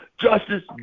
justice